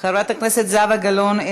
חברת הכנסת זהבה גלאון,